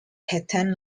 patent